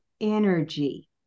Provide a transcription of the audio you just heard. energy